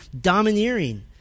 domineering